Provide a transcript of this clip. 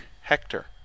Hector